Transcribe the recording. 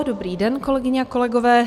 Dobrý den, kolegyně a kolegové.